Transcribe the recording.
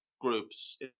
groups